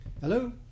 hello